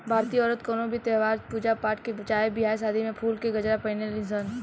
भारतीय औरत कवनो भी त्यौहार, पूजा पाठ चाहे बियाह शादी में फुल के गजरा पहिने ली सन